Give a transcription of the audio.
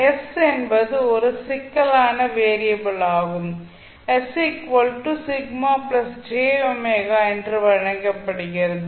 s என்பது ஒரு சிக்கலான வேரியப்ல் மற்றும் என்று வழங்கப்படுகிறது